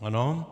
Ano.